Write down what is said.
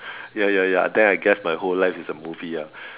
ya ya ya then I guess my whole life is a movie ah